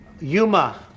Yuma